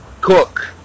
Cook